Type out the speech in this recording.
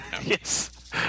Yes